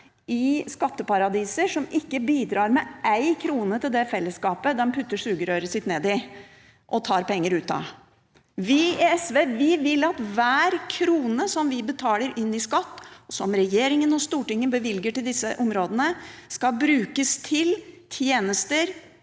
i skatteparadiser, slik at de ikke bidrar med ei krone til fellesskapet de putter sugerøret sitt nedi og tar penger ut av. Vi i SV vil at hver krone som vi betaler inn i skatt, som regjeringen og Stortinget bevilger til disse områdene, skal brukes til tjenester